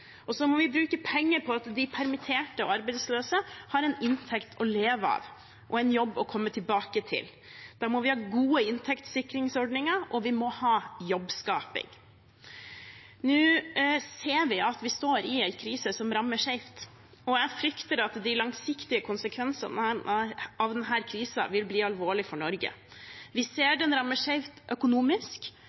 må også bruke penger på at de permitterte og arbeidsløse har en inntekt som er til å leve av, og en jobb å komme tilbake til. Da må vi ha gode inntektssikringsordninger, og vi må ha jobbskaping. Nå ser vi at vi står i en krise som rammer skjevt, og jeg frykter at de langsiktige konsekvensene av denne krisen vil bli alvorlige for Norge. Vi ser at den rammer skjevt økonomisk,